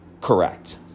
correct